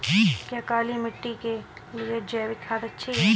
क्या काली मिट्टी के लिए जैविक खाद अच्छी है?